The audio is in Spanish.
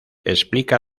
explica